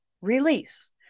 release